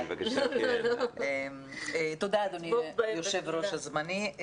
תודה אדוני יו"ר הזמני.